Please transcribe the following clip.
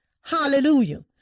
Hallelujah